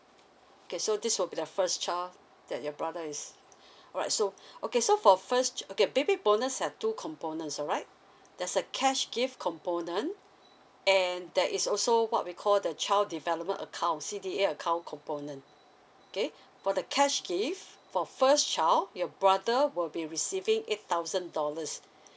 okay so this will be the first child that your brother is alright so okay so for first ch~ okay baby bonus have two components alright there's a cash gift component and there is also what we call the child development account C_D_A account component K for the cash gift for first child your brother will be receiving eight thousand dollars